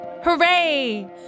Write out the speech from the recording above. Hooray